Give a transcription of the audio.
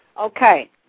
okay